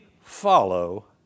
follow